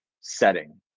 setting